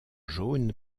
jaune